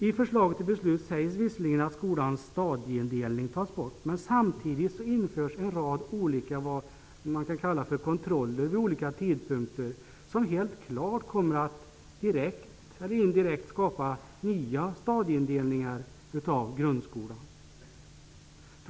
I förslaget till beslut sägs visserligen att skolans stadieindelning tas bort, men samtidigt införs en rad olika ''kontroller'' vid olika tidpunkter, något som helt klart kommer att direkt eller indirekt skapa nya stadieindelningar i grundskolan.